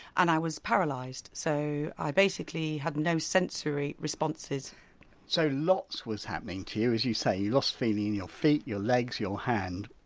and i was paralysed. so i basically had no sensory responses so lots was happening to you, as you say you lost feeling in your feet, your legs, your hand.